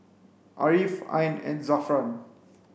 Ariff Ain and Zafran